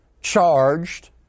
charged